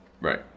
Right